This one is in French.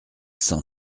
cent